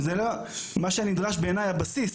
מה שנדרש בעיניי הבסיס,